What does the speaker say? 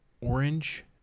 orange